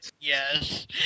yes